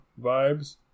vibes